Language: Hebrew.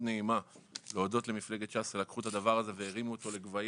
נעימה להודות למפלגת ש"ס שלקחו את הדבר הזה והרימו אותו לגבהים